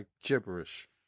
gibberish